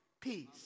peace